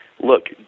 Look